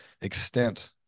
extent